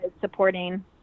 supporting